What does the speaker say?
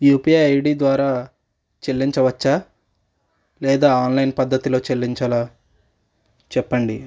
UPI ID ద్వారా చెల్లించవచ్చా లేదా ఆన్లైన్ పద్దతిలో చెల్లించాలా చెప్పండి